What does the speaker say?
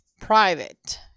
private